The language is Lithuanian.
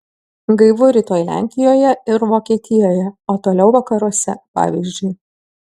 gaivu rytoj lenkijoje ir vokietijoje o toliau vakaruose pavyzdžiui